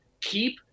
keep